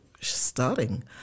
starting